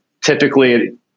typically